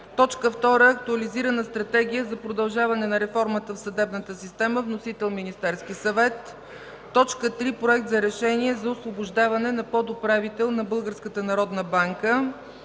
2. Актуализирана Стратегия за продължаване на реформата в съдебната система. Вносител – Министерският съвет. 3. Проект за решение за освобождаване на подуправител на